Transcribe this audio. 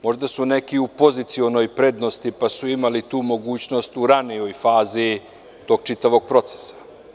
Možda su neki u pozicionoj prednosti, pa su imali tu mogućnost u ranijoj fazi tog čitavog procesa.